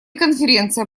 конференция